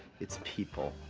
it's people,